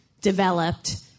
developed